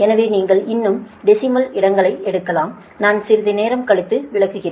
எனவே நீங்கள் இன்னும் டெசிமல் இடங்களை எடுக்கலாம் நான் சிறிது நேரம் கழித்து விளக்குகிறேன்